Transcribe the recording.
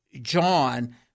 John